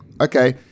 okay